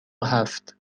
هفت